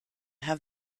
have